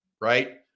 right